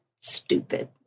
stupid